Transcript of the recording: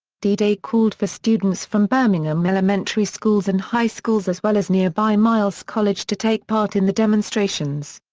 d day called for students from birmingham elementary schools and high schools as well as nearby miles college to take part in the demonstrations.